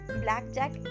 Blackjack